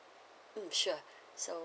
mm sure so